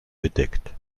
bedeckt